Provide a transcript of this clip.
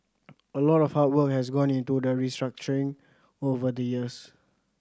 a lot of hard work has gone into that restructuring over the years